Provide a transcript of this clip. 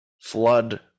flood